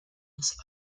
des